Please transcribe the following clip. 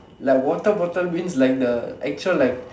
like water bottle means like the actual like